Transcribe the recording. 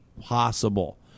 possible